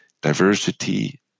diversity